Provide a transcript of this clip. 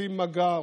רוצים מגע,